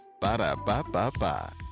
Ba-da-ba-ba-ba